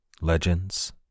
Legends